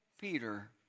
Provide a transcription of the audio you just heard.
Peter